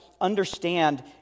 understand